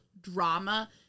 drama